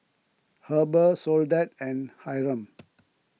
Heber Soledad and Hyrum